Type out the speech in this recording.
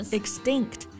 extinct